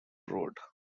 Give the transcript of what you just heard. road